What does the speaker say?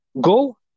Go